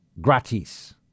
gratis